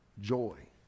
Joy